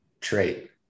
trait